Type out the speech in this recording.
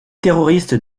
terroristes